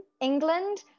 England